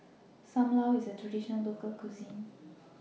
SAM Lau IS A Traditional Local Cuisine